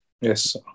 Yes